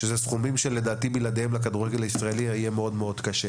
שאלה סכומים שבלעדיהם יהיה מאוד קשה לכדורגל הישראלי.